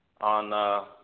on –